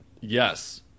Yes